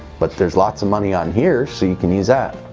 but there's lots of money on here so you can use that.